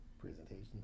Presentations